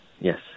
Yes